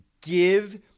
give